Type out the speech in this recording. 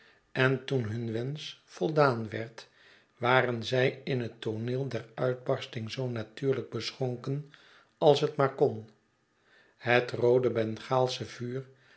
en toen hun wensch voldaan werd waren zij in het tooneel der uitbarsting zoo natuurlijk beschonken als het maar kon het roode bengaalsche vuur